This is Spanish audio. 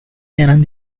eran